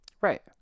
Right